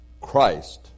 Christ